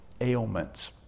ailments